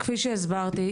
כפי שהסברתי,